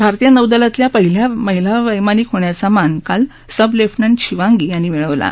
भारतीय नौदलातल्या पहिल्या महिला वैमानिक होण्याचा मान काल सब लेफटनंट शिवांगी यांनी मिळवला आहे